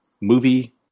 movie